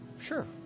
Sure